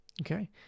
okay